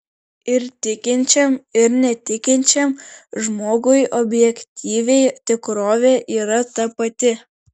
ir tikinčiam ir netikinčiam žmogui objektyviai tikrovė yra ta pati